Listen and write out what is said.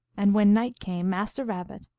and when night came, master rabbit,